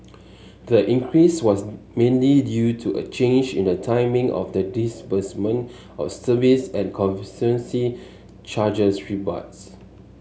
the increase was mainly due to a change in the timing of the disbursement of service and conservancy charges rebates